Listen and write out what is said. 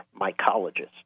mycologist